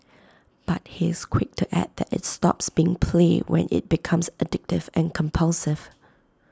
but he is quick to add that IT stops being play when IT becomes addictive and compulsive